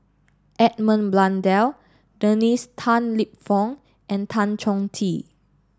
Edmund Blundell Dennis Tan Lip Fong and Tan Chong Tee